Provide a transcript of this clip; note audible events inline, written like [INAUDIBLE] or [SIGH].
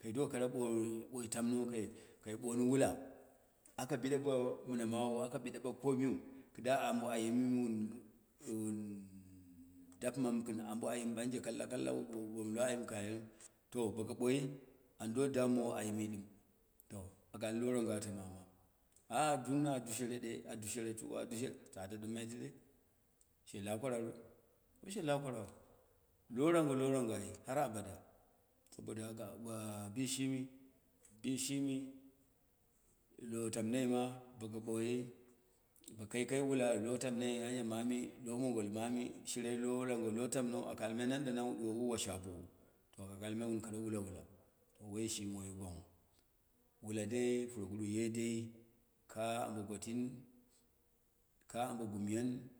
kai do kara ɓoi bo tamno, kai kai boni wula aka bɨɗe bo mɨna mawu aka bɨde bo komiu kɨda ambo ayim mɨ wun- wn dapɨ mamu kɨn anbo ayɨm ɓanle kaka kallau wom lo ayim to boko ɓoi an do dammowo ayimi ɗɨm, to, aka al wrago ata mama [HESITATION] dungon dushere ɗe, a dushere tuuwa a dure, ta ata ɗɨm mei tedei? She lakwararu? Wai she lakwarau, loga ro logaro ai harabada, saboda haka ba bishimi, bishimi, lotamnoi ma boko ɓoyi, kai kai wwa lo tamnoi anya mami lo mongo momi shire loragolo tam no, aka aimai nan da nan wuɗu wowu wu washe apowu to aka lami wun kara wwa wula, wayi shimi woi gwanghu, wula dai puroguru ye dei ka abo gwatim ka abo gum yan kuye biɗa